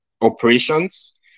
operations